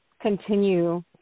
continue